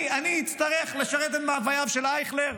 אני אצטרך לשרת את מאווייו של אייכלר?